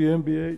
GmbH".